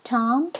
Tom